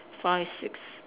five six